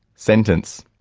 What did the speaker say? sentence.